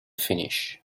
finish